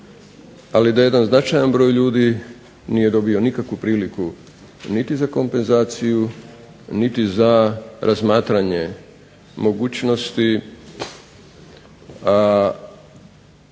ali da jedan značajan broj ljudi nije dobio nikakvu priliku niti za kompenzaciju niti za razmatranje mogućnosti